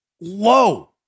low